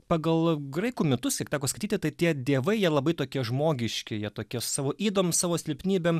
pagal a graikų mitus kiek teko skaityti tai tie dievai jie labai tokie žmogiški jie tokius savo ydom savo silpnybėm